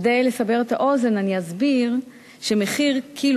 כדי לסבר את האוזן אני אסביר שמחיר קילו